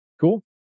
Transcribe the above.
Cool